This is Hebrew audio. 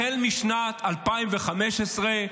החל משנת 2015,